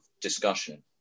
discussion